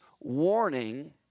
warning